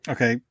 Okay